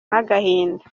n’agahinda